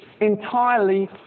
entirely